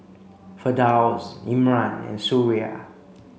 Firdaus Imran and Suria